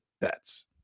bets